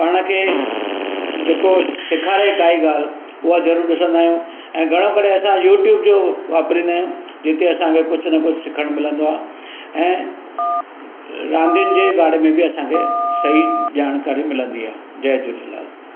पाण खे जेको सेखारे काई ॻाल्हि हूअ ज़रूरु ॾिसंदा आहियूं ऐं घणो करे असां यूट्यूब जो वापिराईंदा आहियूं हिते असांखे कुझु न कुझु सिखणु मिलंदो आहे ऐं रांदियुनि जे बारे में बि असांखे सही जानकारी मिलंदी आहे जय झूलेलाल